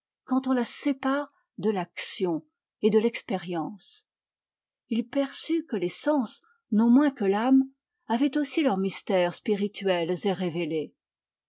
quand on la sépare de l'action et de l'expérience il perçut que les sens non moins que l'âme avaient aussi leurs mystères spirituels et révélés